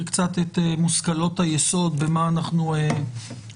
קצת את מושכלות היסוד במה אנחנו עוסקים.